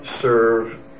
serve